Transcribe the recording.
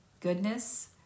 goodness